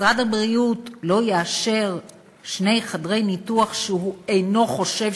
משרד הבריאות לא יאשר שני חדרי ניתוח שהוא אינו חושב